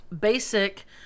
Basic